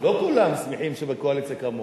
לא כולם שמחים שהם בקואליציה כמוך.